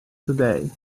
today